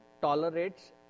tolerates